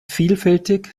vielfältig